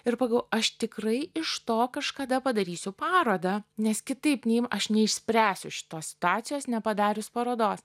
ir pagalvojau aš tikrai iš to kažkada padarysiu parodą nes kitaip nei aš neišspręsiu šitos situacijos nepadarius parodos